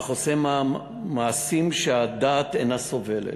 אך עושה מעשים שהדעת אינה סובלת.